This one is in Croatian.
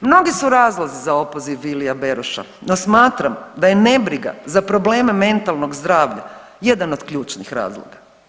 Mnogi su razlozi za opoziv Vilija Beroša, no smatram da je nebriga za probleme mentalnog zdravlja jedan od ključnih razloga.